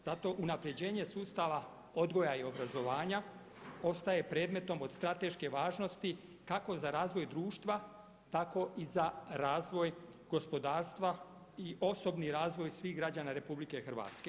Zato unapređenje sustava odgoja i obrazovanja ostaje predmetom od strateške važnosti kako za razvoj društva tako i za razvoj gospodarstva i osobni razvoj svih građana RH.